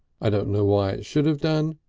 i don't know why it should have done,